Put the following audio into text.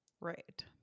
Right